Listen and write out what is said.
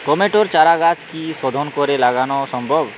টমেটোর চারাগাছ কি শোধন করে লাগানো সম্ভব?